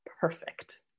perfect